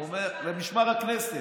הוא אומר למשמר הכנסת,